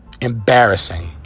Embarrassing